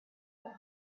were